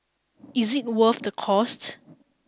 is it worth the cost